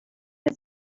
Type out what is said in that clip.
his